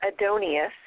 Adonius